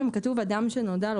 כתוב גם "אדם שנודע לו",